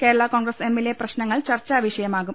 കേരള കോൺഗ്രസ് എമ്മിലെ പ്രശ്നങ്ങൾ ചർച്ചാവിഷയമാകും